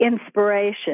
inspiration